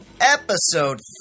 Episode